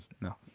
No